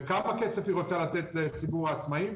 וכמה כסף היא רוצה לתת לציבור העצמאיים?